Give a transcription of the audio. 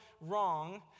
wrong